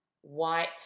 white